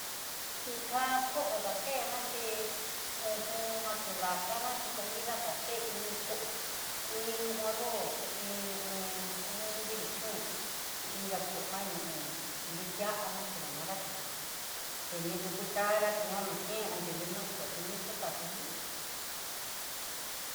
Iin ká koo datena chí uj, ati'ó dakana xhi comida já ke iin koó iin ño arroz ta iin ño hon hon nrivi chón ta inka koó jan ño, nrutuana chí vadanakaxi tenino cuchara tión nana ken anriyiña kua ku nixhikaxi xhini.